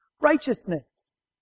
Righteousness